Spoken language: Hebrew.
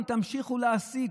ושוב תמשיכו להסית,